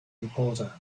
reporter